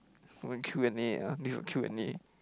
want Q and A ah this one Q and A